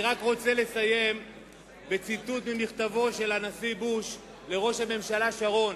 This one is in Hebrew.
אני רק רוצה לסיים בציטוט ממכתבו של הנשיא בוש לראש הממשלה שרון,